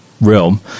realm